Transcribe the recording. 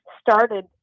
started